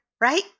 right